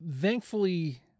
thankfully